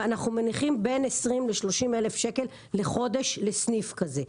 אנחנו מניחים בין 20,000 ל-30,000 שקל לחודש כזה.